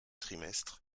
trimestres